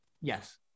Yes